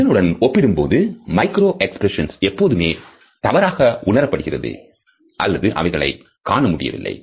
இதனுடன் ஒப்பிடும்போது micro expressions எப்பொழுதுமே தவறாக உணரப்படுகிறது அல்லது அவைகளை காண முடியவில்லை